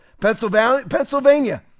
Pennsylvania